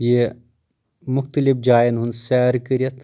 یہِ مُختلف جاین ہنٛز سیر کٔرتھ